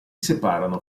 separano